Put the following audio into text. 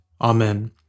Amen